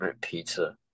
pizza